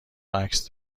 عکس